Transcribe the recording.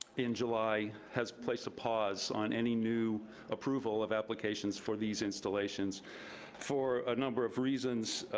in july has placed a pause on any new approval of applications for these installations for a number of reasons.